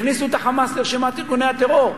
הכניסו את ה"חמאס" לרשימת ארגוני הטרור.